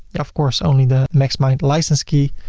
yeah of course, only the maxmind license key.